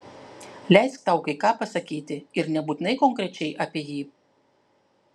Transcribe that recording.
leisk tau kai ką pasakyti ir nebūtinai konkrečiai apie jį